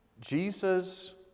Jesus